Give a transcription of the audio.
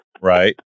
right